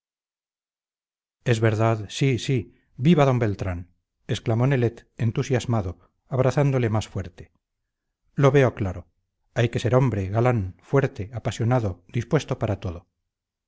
es verdad sí sí viva d beltrán exclamó nelet entusiasmado abrazándole más fuerte lo veo claro hay que ser hombre galán fuerte apasionado dispuesto para todo